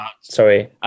Sorry